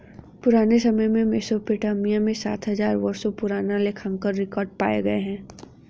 पुराने समय में मेसोपोटामिया में सात हजार वर्षों पुराने लेखांकन रिकॉर्ड पाए गए हैं